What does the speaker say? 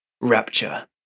rapture